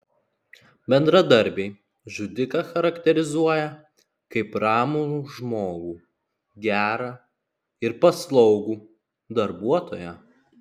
bendradarbiai žudiką charakterizuoja kaip ramų žmogų gerą ir paslaugų darbuotoją